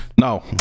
No